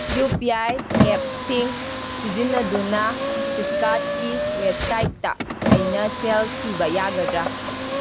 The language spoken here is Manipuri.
ꯌꯨ ꯄꯤ ꯑꯥꯏ ꯑꯦꯞꯁꯤꯡ ꯁꯤꯖꯤꯟꯅꯗꯨꯅ ꯐ꯭ꯂꯤꯠꯐꯀꯥꯔꯠꯀꯤ ꯋꯦꯞꯁꯥꯏꯠꯇ ꯑꯩꯅ ꯁꯦꯜ ꯊꯤꯕ ꯌꯥꯒꯗ꯭ꯔ